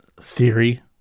theory